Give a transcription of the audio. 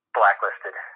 blacklisted